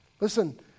Listen